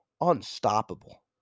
unstoppable